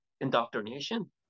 indoctrination